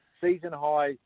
season-high